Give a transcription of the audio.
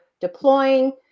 deploying